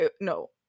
no